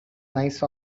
nice